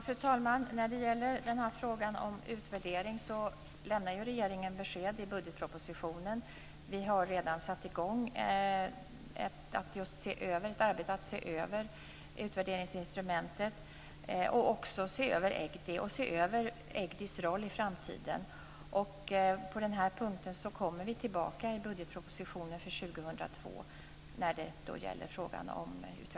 Fru talman! I frågan om en utvärdering lämnade ju regeringen beslut i budgetpropositionen. Vi har redan satt i gång ett arbete för att se över utvärderingsinstrumentet och för att se över EGDI och EG DI:s roll i framtiden. När det gäller frågan om en utvärdering kommer vi tillbaka i budgetpropositionen för år 2002.